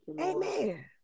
Amen